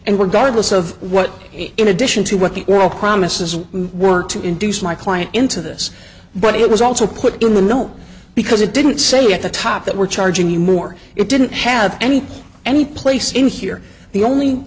garbus of what in addition to what the all promises were to induce my client into this but it was also put in the no because it didn't say at the top that we're charging you more it didn't have any any place in here the only